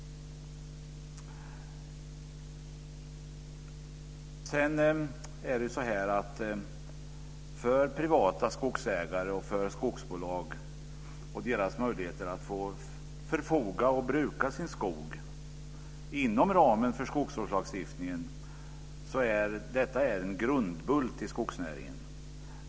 Privata skogsägares och skogsbolags möjligheter att förfoga över och bruka sin skog inom ramen för skogsvårdslagstiftningen är en grundbult i skogsnäringen.